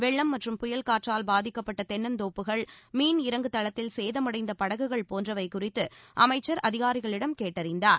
வெள்ளம் மற்றும் புயல் காற்றால் பாதிக்கப்பட்ட தென்னந்தோப்புகள் மீன் இறங்குதளத்தில் சேதமடைந்த படகுகள் போன்றவை குறித்து அமைச்சர் அதிகாரிகளிடம் கேட்டறிந்தார்